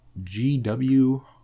Gw